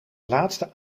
laatste